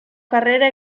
carrera